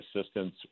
assistance